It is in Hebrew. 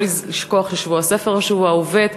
לא לשכוח ששבוע הספר השבוע, וב.